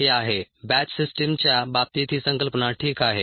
हे आहे बॅच सिस्टीमच्या बाबतीत ही संकल्पना ठीक आहे